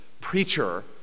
preacher